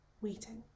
waiting